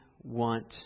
want